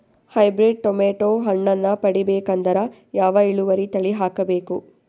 Hybrid tomato ಹಣ್ಣನ್ನ ಪಡಿಬೇಕಂದರ ಯಾವ ಇಳುವರಿ ತಳಿ ಹಾಕಬೇಕು?